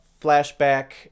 flashback